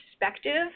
perspective